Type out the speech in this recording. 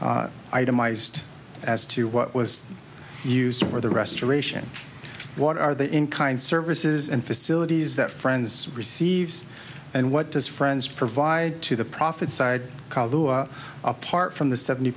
itemized as to what was used for the restoration what are the in kind services and facilities that friends receives and what does friends provide to the profit side apart from the seventy